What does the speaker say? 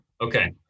Okay